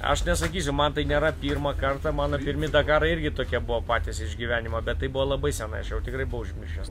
aš nesakysiu man tai nėra pirmą kartą mano pirmi daktarai irgi tokie buvo patys iš gyvenimo bet tai buvo labai senai aš jau tikrai buvau užmiršęs